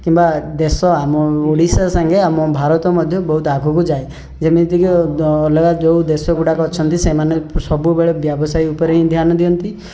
କିମ୍ବା ଦେଶ ଆମ ଓଡ଼ିଶା ସାଙ୍ଗେ ଆମ ଭାରତ ମଧ୍ୟ ବହୁତ ଆଗକୁ ଯାଏ ଯେମିତିକି ଅଲଗା ଯେଉଁ ଦେଶ ଗୁଡ଼ାକ ଅଛନ୍ତି ସେମାନେ ସବୁବେଳେ ବ୍ୟବସାୟ ଉପରେ ହିଁ ଧ୍ୟାନ ଦିଅନ୍ତି